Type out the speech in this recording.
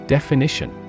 Definition